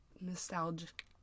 nostalgic